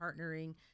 partnering